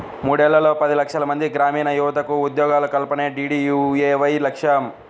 మూడేళ్లలో పది లక్షలమంది గ్రామీణయువతకు ఉద్యోగాల కల్పనే డీడీయూఏవై లక్ష్యం